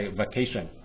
vacation